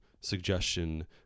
suggestion